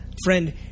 Friend